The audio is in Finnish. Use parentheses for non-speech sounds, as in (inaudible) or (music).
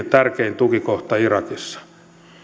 (unintelligible) tärkein tukikohta irakissa